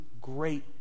great